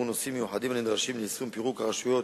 נושאים מיוחדים הנדרשים ליישום פירוק הרשויות,